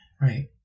Right